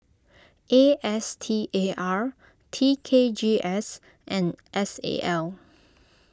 A S T A R T K G S and S A L